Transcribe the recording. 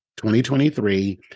2023